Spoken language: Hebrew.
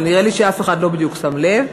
אבל נראה לי שאף אחד לא בדיוק שם לב.